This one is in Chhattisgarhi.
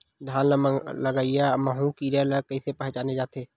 धान म लगईया माहु कीरा ल कइसे पहचाने जाथे?